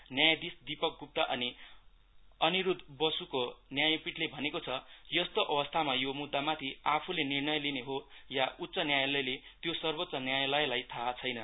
न्यायाधिस दिपक गुप्ता अनि अनिरुद्धा बोसको न्यायपिठले भनेको छ यसतो अवस्थामा यो मुद्धामाथि आफुले निर्णय लिने हो या उच्च न्यायालयले त्यो सर्वोच्च न्यायालयलाई थाहा छैन्